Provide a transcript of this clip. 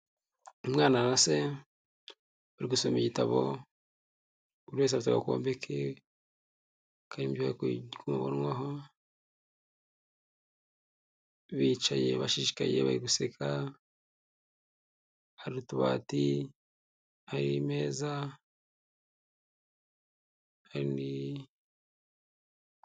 Umwana na se bari gusoma igitabo, buri wese afite agakombe ke, kabonwaho bicaye bashishikaye bari guseka hari utubati, hari imeza, hari ni.